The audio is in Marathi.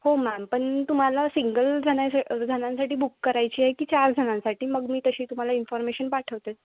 हो मॅम पण तुम्हाला सिंगल जणा स जणांसाठी बुक करायची आहे की चार जणांसाठी मग मी तशी तुम्हाला इन्फॉर्मेशन पाठवते